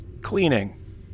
cleaning